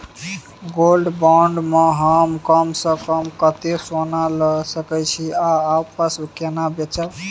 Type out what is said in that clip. Gold bond म हम कम स कम कत्ते सोना ल सके छिए आ वापस केना बेचब?